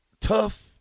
tough